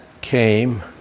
came